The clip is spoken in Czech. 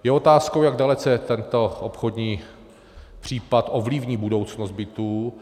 Je otázkou, jak dalece tento obchodní případ ovlivní budoucnost bytů.